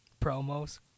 promos